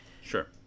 sure